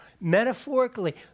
metaphorically